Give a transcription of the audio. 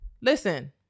listen